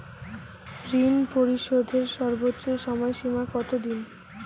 ঋণ পরিশোধের সর্বোচ্চ সময় সীমা কত দিন?